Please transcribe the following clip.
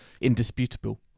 indisputable